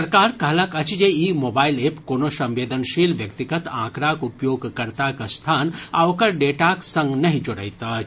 सरकार कहलक अछि जे ई मोबाईल एप कोनो संवेदनशील व्यक्तिगत आंकड़ाक उपयोगकर्ताक स्थान आ ओकर डेटाक संग नहि जोड़ैत अछि